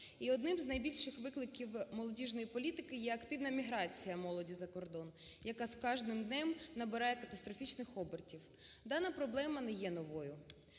І одним з найбільших викликів молодіжної політики є активна міграція молоді за кордон, яка з кожним днем набирає катастрофічних обертів. Дана проблема не є новою.